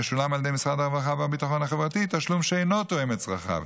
משולם על ידי משרד הרווחה והביטחון החברתי תשלום שאינו תואם את צרכיו.